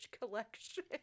Collection